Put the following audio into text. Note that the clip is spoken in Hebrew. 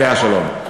עליה השלום.